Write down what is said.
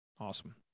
Awesome